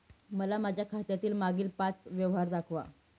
मला माझ्या खात्यातील मागील पांच व्यवहार दाखवा